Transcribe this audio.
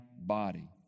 body